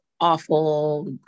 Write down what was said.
awful